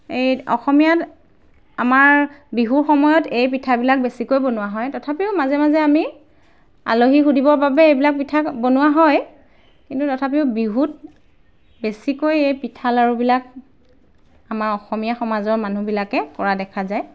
এই অসমীয়াত আমাৰ বিহুৰ সময়ত এই পিঠাবিলাক বেছিকৈ বনোৱা হয় তথাপিও মাজে মাজে আমি আলহী সুধিবৰ বাবে এইবিলাক পিঠা বনোৱা হয় কিন্তু তথাপিও বিহুত বেছিকৈ এই পিঠা লাড়ুবিলাক আমাৰ অসমীয়া সমাজৰ মানুহবিলাকে কৰা দেখা যায়